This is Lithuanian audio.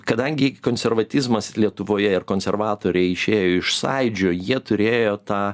kadangi konservatizmas lietuvoje ir konservatoriai išėjo iš sąjūdžio jie turėjo tą